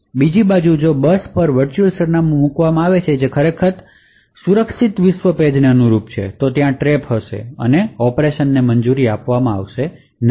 બીજી બાજુ જો કોઈ બસ પર વર્ચુઅલ સરનામું મૂકવામાં આવે છે જે ખરેખર સુરક્ષિત વિશ્વ પેજને અનુરૂપ છે તો ત્યાં ટ્રેપ હશે અને ઓપરેશનની મંજૂરી આપવામાં આવશે નહીં